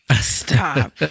Stop